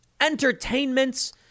entertainments